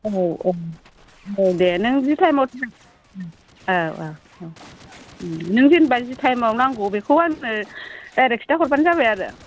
औ औ औ दे नों जि टाइमाव औ नों जेनेबा जि टाइमाव नांगौ बेखौ आंनो डायरेक्ट खिथाहरबानो जाबाय आरो